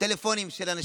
הטלפונים של ההורים שלנו,